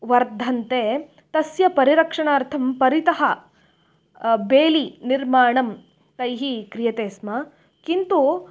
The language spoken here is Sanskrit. वर्धन्ते तस्य परिरक्षणार्थं परितः बेलि निर्माणं तैः क्रियते स्म किन्तु